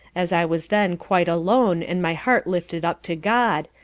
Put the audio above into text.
as i was then quite alone and my heart lifted up to god,